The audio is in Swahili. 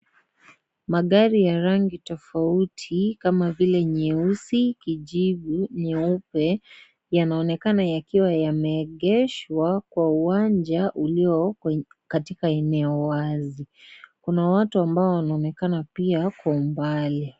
Magari ya rangi tofauti kama vile nyeusi, kijivu, nyeupe yanaonekana yakiwa yameegeshwa kwa uwanja ulio katika eneo wazi, kuna watu ambao wanaonekana pia kwa umbali.